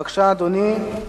בבקשה, אדוני.